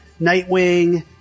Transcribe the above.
Nightwing